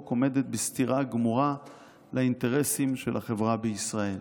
עומדת בסתירה גמורה לאינטרסים של החברה בישראל.